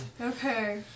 Okay